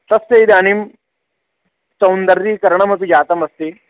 तस्य इदानीं सौन्दरीकरणमपि जातमस्ति